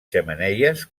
xemeneies